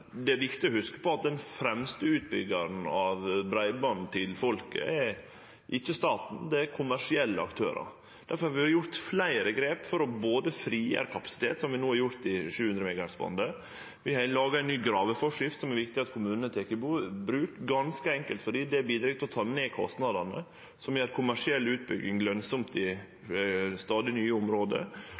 Det er viktig å hugse på at den fremste utbyggjaren av breiband til folket er ikkje staten, det er kommersielle aktørar. Difor har vi gjort fleire grep for å frigjere kapasitet, som vi no har gjort med 700 MHz-bandet. Vi har laga ei ny graveforskrift, som det er viktig at kommunane tek i bruk, ganske enkelt fordi det bidreg til å ta ned kostnadene, som gjer at kommersiell utbygging er lønsamt i stadig nye område.